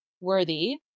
worthy